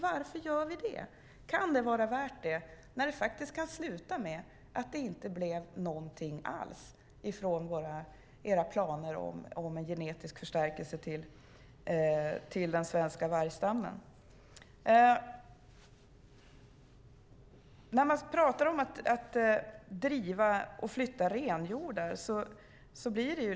Varför gör vi det? Kan det vara värt det? Det kan ju faktiskt sluta med att det inte blev någonting alls av era planer om en genetisk förstärkning av den svenska vargstammen. Man pratar om att driva och flytta renhjordar.